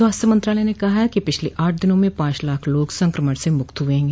स्वास्थ्य मंत्रालय ने कहा है कि पिछले आठ दिनों में पांच लाख लोग संक्रमण से मुक्त हुए हैं